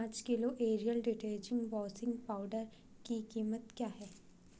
पाँच kilo Ariel detergent washing powder की कीमत क्या है